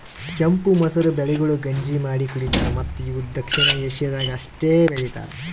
ಕೆಂಪು ಮಸೂರ ಬೆಳೆಗೊಳ್ ಗಂಜಿ ಮಾಡಿ ಕುಡಿತಾರ್ ಮತ್ತ ಇವು ದಕ್ಷಿಣ ಏಷ್ಯಾದಾಗ್ ಅಷ್ಟೆ ಬೆಳಿತಾರ್